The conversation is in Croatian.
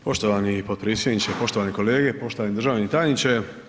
Poštovani potpredsjedniče, poštovane kolege, poštovani državni tajniče.